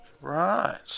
Right